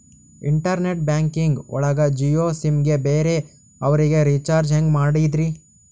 Internet banking ಒಳಗ Jio sim ಗೆ ಬೇರೆ ಅವರಿಗೆ ರೀಚಾರ್ಜ್ ಹೆಂಗ್ ಮಾಡಿದ್ರಿ?